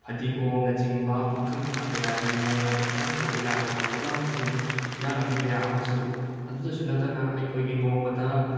ꯐꯗꯤꯒꯣꯝꯅꯆꯤꯡꯕ ꯃꯈꯜ ꯃꯈꯥ ꯀꯌꯥꯒꯤ ꯅꯣꯡꯃꯗ ꯆꯪꯗ꯭ꯔꯕ ꯌꯥꯗ꯭ꯔꯕ ꯄꯣꯠꯂꯝꯁꯤꯡ ꯍꯦꯟꯖꯥꯡ ꯅꯥꯄꯤ ꯀꯌꯥ ꯑꯃꯁꯨ ꯑꯗꯨꯗꯁꯨ ꯅꯠꯇꯅ ꯑꯩꯈꯣꯏꯒꯤ ꯅꯣꯡꯃꯗ